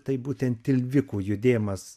tai būtent tilvikų judėjimas